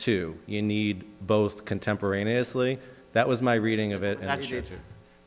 two you need both contemporaneously that was my reading of it and